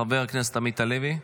חבר הכנסת עמית הלוי,